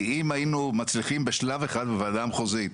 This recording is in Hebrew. כי אם היינו מצליחים בשלב אחד בוועדה המחוזית,